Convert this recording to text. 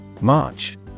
March